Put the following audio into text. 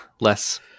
less